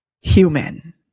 human